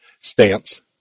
Stance